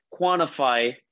quantify